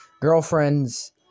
girlfriends